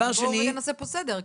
בואו רגע נעשה פה סדר.